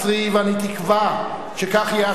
ואני תקווה שכך יעשה,